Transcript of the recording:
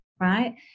right